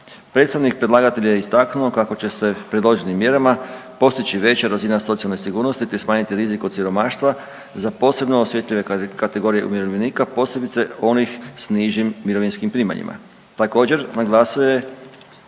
Predstavnik predlagatelja je istaknuo kako će se predloženim mjerama postići veća razina socijalne sigurnosti, te smanjiti rizik od siromaštva za posebno osjetljive kategorije umirovljenika posebice onih s nižim mirovinskim primanjima.